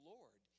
Lord